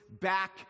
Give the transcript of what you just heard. back